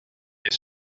est